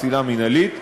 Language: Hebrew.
פסילה מינהלית,